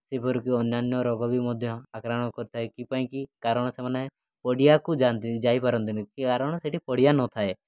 ସେହିପରି କି ଅନ୍ୟାନ୍ୟ ରୋଗ ବି ମଧ୍ୟ ଆକ୍ରମଣ କରିଥାଏ କି ପାଇଁକି କାରଣ ସେମାନେ ପଡ଼ିଆକୁ ଯାଆନ୍ତିନି ଯାଇପାରନ୍ତିନି କାରଣ ସେଠି ପଡ଼ିଆ ନଥାଏ